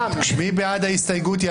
מי בעד ההסתייגות?